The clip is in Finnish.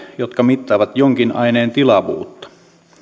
jotka mittaavat jonkin aineen tilavuutta